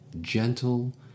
gentle